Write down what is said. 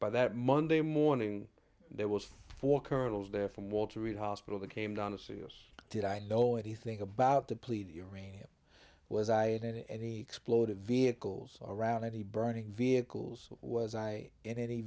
by that monday morning there was four colonels there from walter reed hospital that came down to see us did i know anything about depleted uranium was i in any explosive vehicles around any burning vehicles was i in any